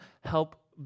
help